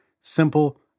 simple